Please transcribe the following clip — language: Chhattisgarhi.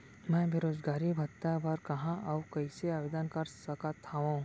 मैं बेरोजगारी भत्ता बर कहाँ अऊ कइसे आवेदन कर सकत हओं?